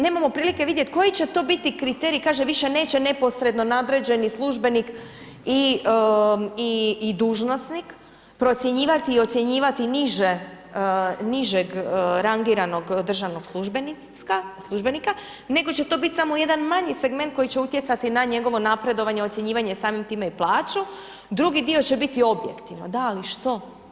Nemamo prilike vidjeti koji će to biti kriterij, kaže više neće neposredni nadređeni službenik i dužnosnik procjenjivati i ocjenjivati nižeg rangiranog državnog službenika nego će to biti samo jedan manji segment koji će utjecati na njegovo napredovanje, ocjenjivanje, samim time i plaću, drugi dio će biti objektivan, da, ali što?